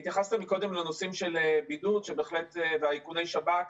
התייחסת מקודם לנושאים של בידוד ואיכוני שב"כ,